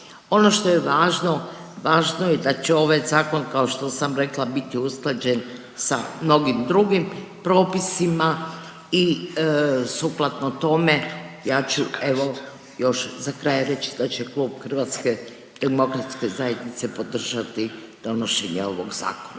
Ono što je važno, važno je da će ovaj zakon kao što sam rekla biti usklađen sa mnogim drugim propisima i sukladno tome ja ću evo još za kraj reći da će klub HDZ-a podržati donošenje ovog zakona.